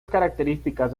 características